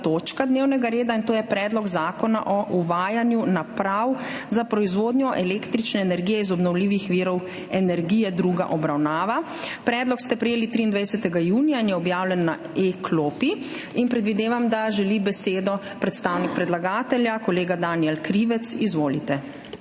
to je Predlog zakona o uvajanju naprav za proizvodnjo električne energije iz obnovljivih virov energije, druga obravnava. Predlog ste prejeli 23. junija 2023 in je objavljen na e-klopi. Predvidevam, da želi besedo predstavnik predlagatelja. Kolega Danijel Krivec, izvolite.